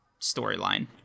storyline